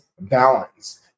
balance